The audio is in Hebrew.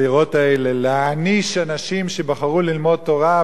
להעניש אנשים שבחרו ללמוד תורה ושיצטרכו לתת